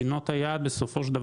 מדינות היעד מכתיבות,